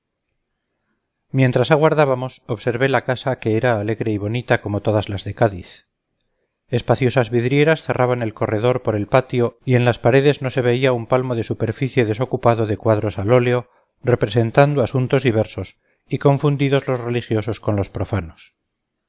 mientras aguardábamos observé la casa que era alegre y bonita como todas las de cádiz espaciosas vidrieras cerraban el corredor por el patio y en las paredes no se veía un palmo de superficie desocupado de cuadros al óleo representando asuntos diversos y confundidos los religiosos con los profanos